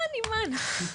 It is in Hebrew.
אני כבר